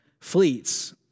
fleets